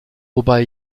wobei